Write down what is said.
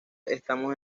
estamos